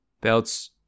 Belts